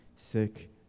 Sick